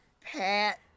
Pat